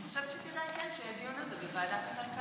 אני חושבת שכן כדאי שיהיה דיון על זה בוועדת כלכלה.